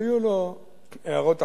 היו לו הערות אחדות,